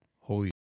Holy